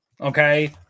Okay